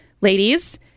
ladies